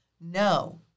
no